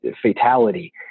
fatality